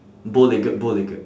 bow legged bow legged